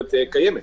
היכולת קיימת,